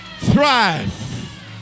thrive